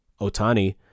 Otani